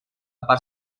part